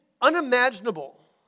unimaginable